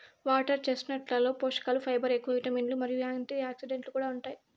water చెస్ట్నట్లలో పోషకలు fibre ఎక్కువ, విటమిన్లు మరియు యాంటీఆక్సిడెంట్లు కూడా ఉంటాయి